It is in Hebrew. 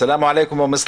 סלאם עליכום.